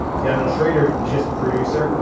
daniel shrader, just producer,